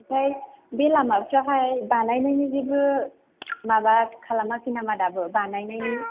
ओमफ्राय बे लामाफ्राहाय बानायनायनि जेबो माबा खालामाखै नामा दाबो बानायनायनि